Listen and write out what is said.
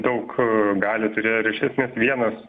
daug galių turėjo ir iš esmės vienas